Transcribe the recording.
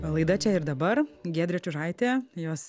laida čia ir dabar giedrė čiužaitė jos